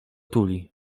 tuli